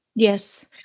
Yes